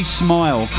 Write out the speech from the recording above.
smile